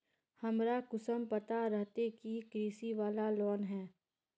हमरा कुंसम पता रहते की इ कृषि वाला लोन है?